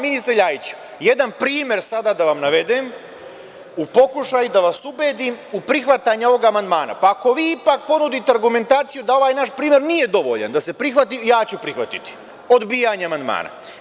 Ministre Ljajiću, jedan primer ću sada da vam navedem u pokušaju da vas ubedim u prihvatanje ovog amandmana, pa ako vi ipak ponudite argumentaciju da ovaj naš primer nije dovoljan da se prihvati, ja ću prihvatiti odbijanje amandmana.